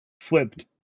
flipped